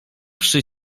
przy